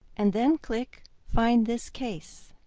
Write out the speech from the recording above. and then click find this case.